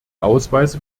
ausweise